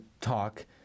talk